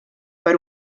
per